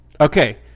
Okay